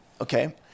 Okay